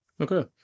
Okay